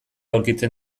aurkitzen